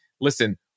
listen